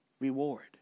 reward